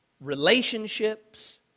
relationships